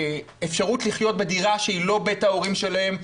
לאפשרות לחיות בדירה שהיא לא בית ההורים שלהם,